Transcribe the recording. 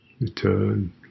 return